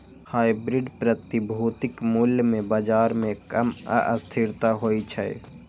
hybrid प्रतिभूतिक मूल्य मे बाजार मे कम अस्थिरता होइ छै